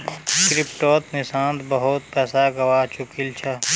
क्रिप्टोत निशांत बहुत पैसा गवा चुकील छ